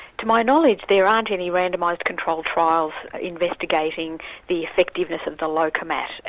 to my knowledge, there aren't any randomised control trials investigating the effectiveness of the lokomat,